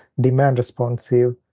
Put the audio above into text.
demand-responsive